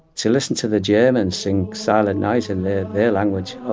to listen to the germans singing silent night in their their language,